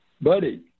buddy